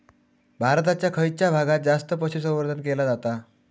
भारताच्या खयच्या भागात जास्त पशुसंवर्धन केला जाता?